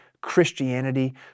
Christianity